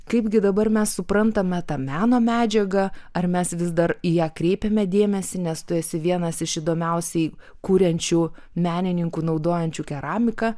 kaipgi dabar mes suprantame tą meno medžiagą ar mes vis dar į ją kreipiame dėmesį nes tu esi vienas iš įdomiausiai kuriančių menininkų naudojančių keramiką